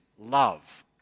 love